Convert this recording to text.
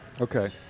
Okay